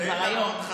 זה כבר היום.